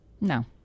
no